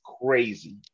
crazy